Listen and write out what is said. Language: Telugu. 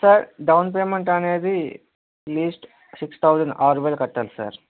సార్ డౌన్ పేమెంట్ అనేది లీస్ట్ సిక్స్ థౌసండ్ ఆరు వేలు కట్టాలి సార్